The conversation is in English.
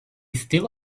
still